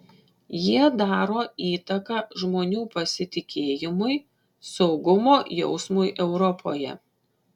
jie daro įtaką žmonių pasitikėjimui saugumo jausmui europoje